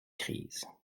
crise